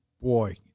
Boy